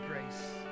grace